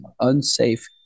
unsafe